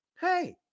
hey